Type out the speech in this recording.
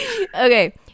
okay